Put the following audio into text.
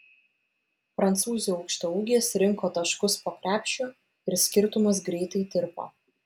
prancūzių aukštaūgės rinko taškus po krepšiu ir skirtumas greitai tirpo